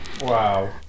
Wow